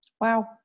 Wow